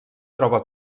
troba